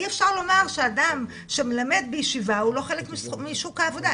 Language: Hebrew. אי אפשר לומר שאדם שמלמד בישיבה הוא לא חלק משוק העבודה,